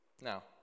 Now